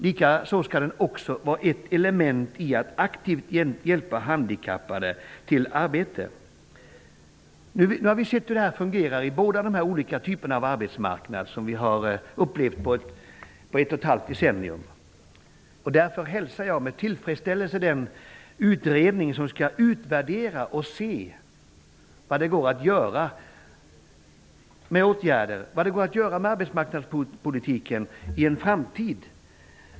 Likaså skall den vara ett element i att aktivt hjälpa handikappade till arbete. Nu har vi sett hur detta fungerar i båda de typer av arbetsmarknad som vi har upplevt på ett och ett halvt decennium. Därför hälsar jag med tillfredsställelse den utredning som skall utvärdera och se vad det går att göra med arbetsmarknadspolitiken i en framtid.